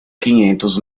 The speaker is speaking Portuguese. quinhentos